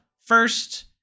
first